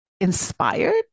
inspired